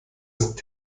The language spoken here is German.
ist